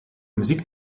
muziek